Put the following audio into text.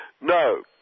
No